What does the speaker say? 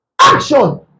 action